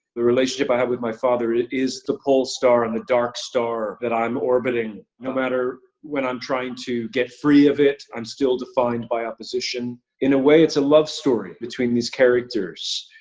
the relationship i have with my father is the polestar and the dark star that i'm orbiting, no matter when i'm trying to get free of it, i'm still defined by opposition. in a way, it's a love story between these characters.